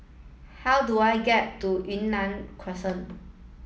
how do I get to Yunnan Crescent